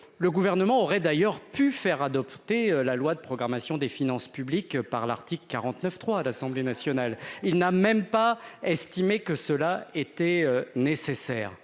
le gouvernement aurait d'ailleurs pu faire adopter la loi de programmation des finances publiques par l'article 49.3 à l'Assemblée nationale, il n'a même pas estimé que cela était nécessaire,